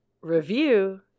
review